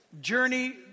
journey